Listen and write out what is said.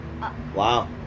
Wow